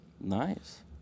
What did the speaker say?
Nice